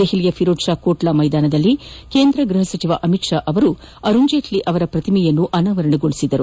ದೆಹಲಿಯ ಫಿರೋಜ್ ಶಾ ಕೋಟ್ಲಾ ಮೈದಾನದಲ್ಲಿ ಕೇಂದ್ರ ಗೃಹ ಸಚಿವ ಅಮಿತ್ ಶಾ ಅರುಣ್ ಜೇಟ್ಲಿ ಅವರ ಪ್ರತಿಮೆಯನ್ನು ಅನಾವರಣಗೊಳಿಸಿದರು